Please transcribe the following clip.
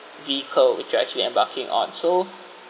vehicle which you actually embarking on so